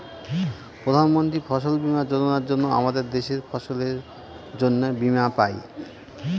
প্রধান মন্ত্রী ফসল বীমা যোজনার জন্য আমাদের দেশের ফসলের জন্যে বীমা পাই